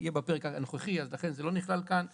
יהיו בפרק הנוכחי, לכן זה לא נכלל כאן כרגע.